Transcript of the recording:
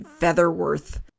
Featherworth